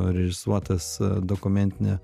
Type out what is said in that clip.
režisuotas dokumentinė